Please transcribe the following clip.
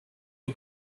you